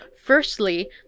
Firstly